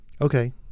Okay